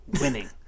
winning